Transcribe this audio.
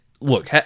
look